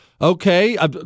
Okay